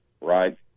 right